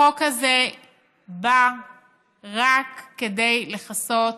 החוק הזה בא רק כדי לכסות